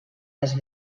les